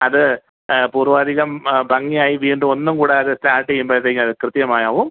അത് പൂർവ്വാധികം ആ ഭംഗിയായി വീണ്ടും ഒന്നും കൂടത് സ്റ്റാർട്ട് ചെയ്യുമ്പോഴത്തേക്കത് കൃത്യമായാവും